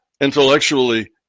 intellectually